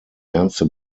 ernste